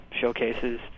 showcases